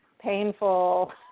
painful